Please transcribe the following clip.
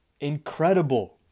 incredible